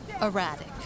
Erratic